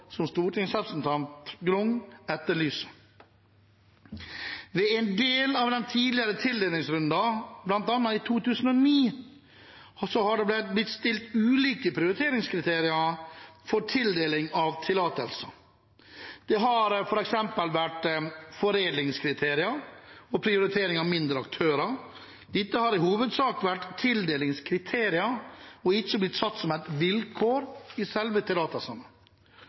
som stortingsrepresentanten Grung etterlyser. Ved en del av de tidligere tildelingsrundene, bl.a. i 2009, har det blitt stilt ulike prioriteringskriterier for tildeling av tillatelser. Det har f.eks. vært foredlingskriterier og prioritering av mindre aktører. Dette har i hovedsak vært tildelingskriterier og ikke blitt satt som et vilkår i selve